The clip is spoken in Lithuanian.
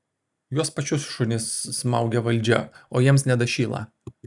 juos pačius šunis smaugia valdžia o jiems nedašyla